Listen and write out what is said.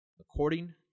according